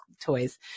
toys